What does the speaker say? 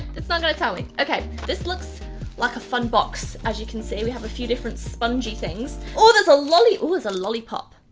it's not going to tell me. okay, this looks like a fun box. as you can see, we have a few different spongy things. oh, there's a lolly! oh, it's a lollipop.